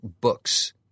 books